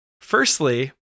Firstly